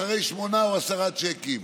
אחרי שמונה או עשרה שיקים.